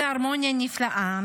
בהרמוניה נפלאה,